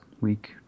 week